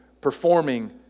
performing